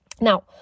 Now